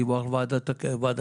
דיווח לוועדת העבודה,